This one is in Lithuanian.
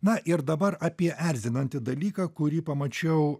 na ir dabar apie erzinantį dalyką kurį pamačiau